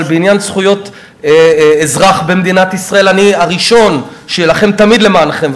אבל בעניין זכויות האזרח במדינת ישראל אני הראשון שיילחם תמיד למענכם,